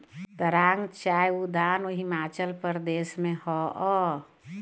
दारांग चाय उद्यान हिमाचल प्रदेश में हअ